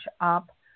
up